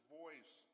voice